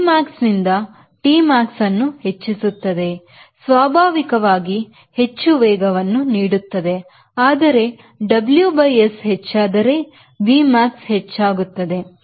Vmax ನಿಂದ TW ಅನ್ನು ಹೆಚ್ಚಿಸುತ್ತದೆ ಸ್ವಾಭಾವಿಕವಾಗಿ ಅದು ಹೆಚ್ಚು ವೇಗವನ್ನು ನೀಡುತ್ತದೆ ಆದರೆ WS ಹೆಚ್ಚಾದರೆ Vmax ಹೆಚ್ಚಾಗುತ್ತದೆ